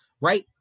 right